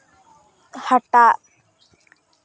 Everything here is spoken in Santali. ᱦᱟᱴᱟᱜ